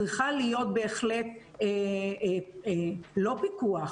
צריכה להיות בהחלט לא פיקוח,